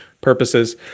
purposes